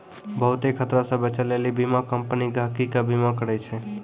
बहुते खतरा से बचै लेली बीमा कम्पनी गहकि के बीमा करै छै